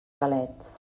galets